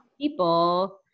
People